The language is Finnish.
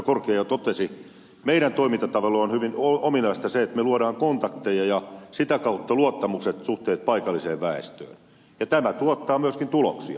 korkeaoja totesi meidän toimintatavoillemme on hyvin ominaista se että me luomme kontakteja ja sitä kautta luottamukselliset suhteet paikalliseen väestöön ja tämä tuottaa myöskin tuloksia